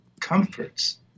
comforts